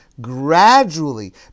gradually